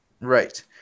Right